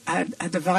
מתמדת,